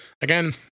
again